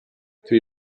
three